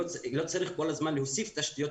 לא צריך כל הזמן להוסיף תשתיות,